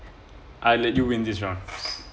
I let you win this round